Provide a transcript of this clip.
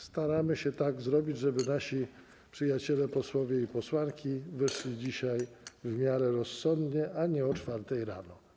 Staramy się tak zrobić, żeby nasi przyjaciele, posłowie i posłanki, wyszli dzisiaj w miarę rozsądnie, a nie o godz. 4 rano.